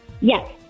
Yes